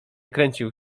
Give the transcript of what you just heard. kręcił